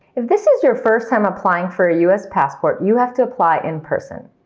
if this is your first time applying for a us passport you have to apply in person.